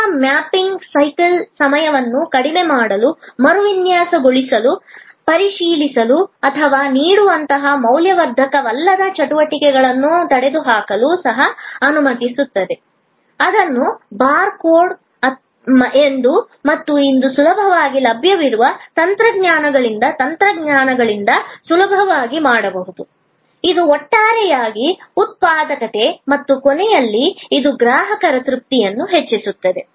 ಸೇವಾ mapping cycle ಸಮಯವನ್ನು ಕಡಿಮೆ ಮಾಡಲು ಮರುವಿನ್ಯಾಸಗೊಳಿಸಲು ಪರಿಶೀಲಿಸುವ ಅಥವಾ ನೀಡುವಂತಹ ಮೌಲ್ಯವರ್ಧಕವಲ್ಲದ ಚಟುವಟಿಕೆಗಳನ್ನು ತೊಡೆದುಹಾಕಲು ಸಹ ಅನುಮತಿಸುತ್ತದೆ ಇದನ್ನು ಬಾರ್ ಕೋಡ್ ಮತ್ತು ಆರ್ಎಫ್ಐಡಿ ಮತ್ತು ಇಂದು ಸುಲಭವಾಗಿ ಲಭ್ಯವಿರುವ ತಂತ್ರಜ್ಞಾನಗಳಿಂದ ತಂತ್ರಜ್ಞಾನದಿಂದ ಸುಲಭವಾಗಿ ಮಾಡಬಹುದು ಇದು ಒಟ್ಟಾರೆ ಉತ್ಪಾದಕತೆ ಮತ್ತು ಕೊನೆಯಲ್ಲಿ ಇದು ಗ್ರಾಹಕರ ತೃಪ್ತಿಯನ್ನು ಹೆಚ್ಚಿಸುತ್ತದೆ